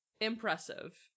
impressive